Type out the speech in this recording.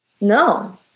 No